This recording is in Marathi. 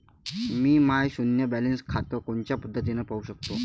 मी माय शुन्य बॅलन्स खातं कोनच्या पद्धतीनं पाहू शकतो?